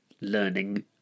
learning